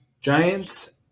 Giants